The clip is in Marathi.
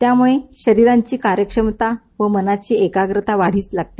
त्यामुळे शरिराची कार्यक्षमता आणि मनाची एकाग्रता वाढीस लागते